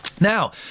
Now